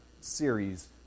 series